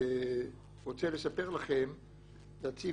אני רוצה להציב מראה